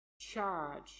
charge